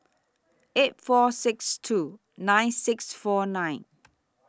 eight four six two nine six four nine